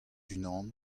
unan